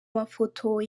mafoto